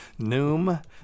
Noom